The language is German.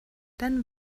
dann